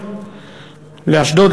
לאשדוד,